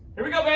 here we go,